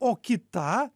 o kita